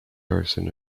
person